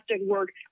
work